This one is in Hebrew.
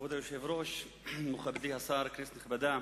כבוד היושב-ראש, מכובדי השר, כנסת נכבדה,